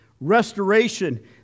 restoration